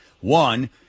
One